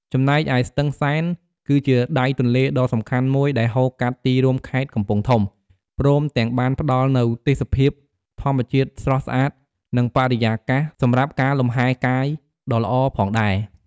ចំណែកឯស្ទឹងសែន គឺជាដៃទន្លេដ៏សំខាន់មួយដែលហូរកាត់ទីរួមខេត្តកំពង់ធំ ព្រមទាំងបានផ្តល់នូវទេសភាពធម្មជាតិស្រស់ស្អាតនិងបរិយាកាសសម្រាប់ការលម្ហែកាយដ៏ល្អផងដែរ។